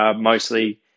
mostly